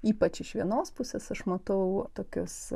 ypač iš vienos pusės aš matau tokius